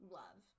love